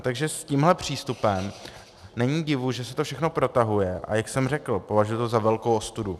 Takže s tímhle přístupem není divu, že se to všechno protahuje, a jak jsem řekl, považuji to za velkou ostudu.